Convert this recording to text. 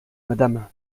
madame